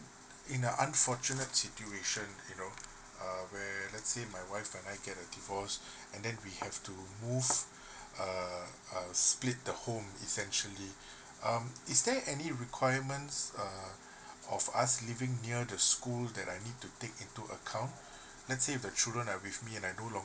in a unfortunate situation you know uh where let's say my wife and I get a divorce and then we have to move uh uh split the home essentially um is there any requirements uh of us living near the school that I need to take into account let's say if the children are with me and I no longer